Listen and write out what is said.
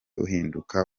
uhinduka